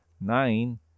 nine